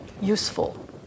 useful